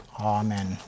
Amen